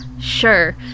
Sure